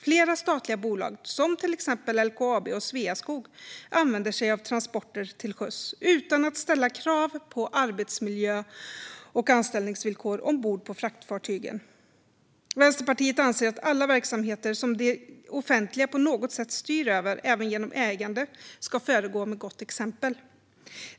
Flera statliga bolag, till exempel LKAB och Sveaskog, använder sig av transporter till sjöss utan att ställa krav på arbetsmiljö och anställningsvillkor ombord på fraktfartygen. Vänsterpartiet anser att alla verksamheter som det offentliga på något sätt styr över, även genom ägande, ska föregå med gott exempel.